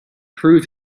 prove